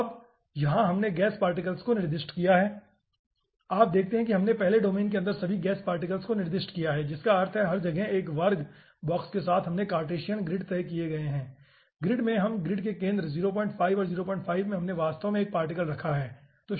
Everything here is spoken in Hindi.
अब यहां हमने गैस पार्टिकल्स को निर्दिष्ट किया है आप देखते हैं कि हमने पहले डोमेन के अंदर सभी गैस पार्टिकल्स को निर्दिष्ट किया है जिसका अर्थ है कि हर जगह एक वर्ग बॉक्स के साथ हमने कार्टेशियन ग्रिड तय किए हैं ग्रिड में हम ग्रिड के केंद्र 0 5 और 05 में हमने वास्तव में एक पार्टिकल रखा है ठीक है